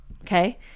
Okay